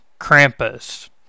Krampus